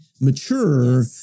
mature